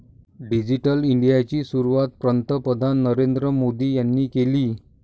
digital इंडियाची सुरुवात पंतप्रधान नरेंद्र मोदी यांनी केली